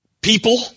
people